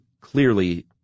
clearly